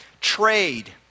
trade